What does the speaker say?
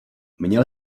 měl